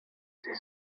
this